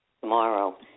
tomorrow